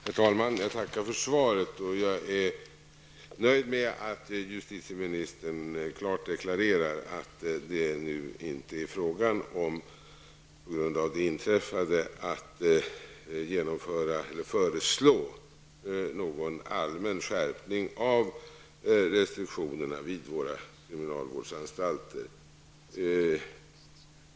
Herr talman! Jag tackar för svaret. Jag är nöjd med att justitieministern klart deklarerar att det på grund av det inträffade inte kommer att föreslås någon allmän skärpning av restriktionerna vid våra kriminalvårdsanstalter.